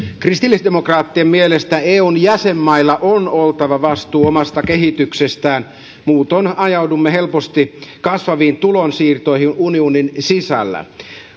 kristillisdemokraattien mielestä eun jäsenmailla on oltava vastuu omasta kehityksestään muutoin ajaudumme helposti kasvaviin tulonsiirtoihin unionin sisällä